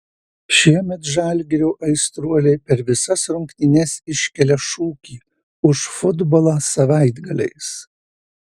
šiemet žalgirio aistruoliai per visas rungtynes iškelia šūkį už futbolą savaitgaliais